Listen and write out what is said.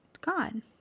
God